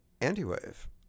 Anti-wave